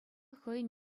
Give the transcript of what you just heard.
хӑйӗн